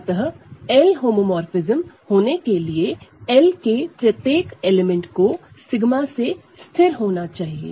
अतः L homomorphism होने के लिए L के प्रत्येक एलिमेंट को 𝜎 से स्थिर होना चाहिए